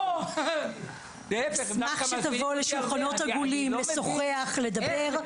אנחנו נשמח שתבוא לשולחנות עגולים, לשוחח, לדבר.